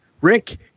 Rick